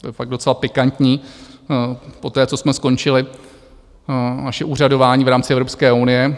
To je fakt docela pikantní poté, co jsme skončili naše úřadování v rámci Evropské unie.